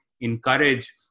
encourage